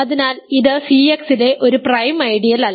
അതിനാൽ ഇത് CX ലെ ഒരു പ്രൈം ഐഡിയൽ അല്ല